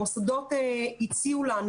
המוסדות הציעו לנו